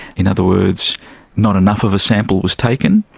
in other words not enough of a sample was taken,